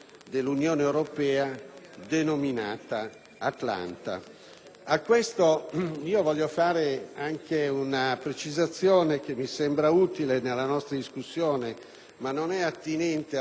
A questo proposito, vorrei fare anche una precisazione che mi sembra utile nella nostra discussione, anche se non è attinente alle mozioni in oggetto.